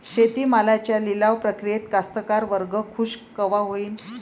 शेती मालाच्या लिलाव प्रक्रियेत कास्तकार वर्ग खूष कवा होईन?